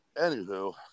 anywho